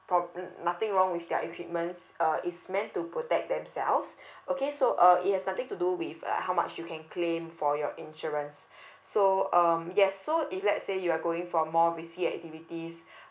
problem nothing wrong with their equipments uh is meant to protect themselves okay so uh it has nothing to do with uh how much you can claim for your insurance so um yes so if let's say you are going for more risky activities